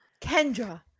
kendra